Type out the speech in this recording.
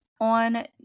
on